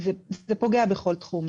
זה פוגע בכל תחום.